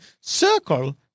circle